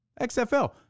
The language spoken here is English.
XFL